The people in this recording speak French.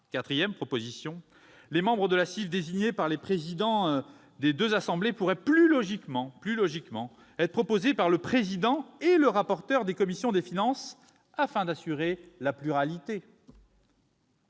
Quatrième proposition, les membres de la CIF désignés par les présidents des deux assemblées pourraient, plus logiquement, être proposés par le président et le rapporteur général des commissions des finances, afin d'assurer la pluralité.